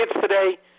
today